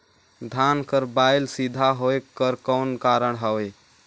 धान कर बायल सीधा होयक कर कौन कारण हवे?